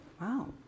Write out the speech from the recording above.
Wow